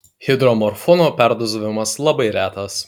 hidromorfono perdozavimas labai retas